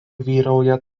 vyrauja